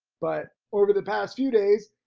but over the past few days,